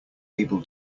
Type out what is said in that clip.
able